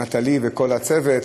ונטלי, וכל הצוות,